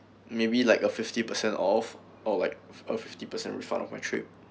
maybe like a fifty percent off or like a fifty percent refund of my trip